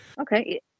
Okay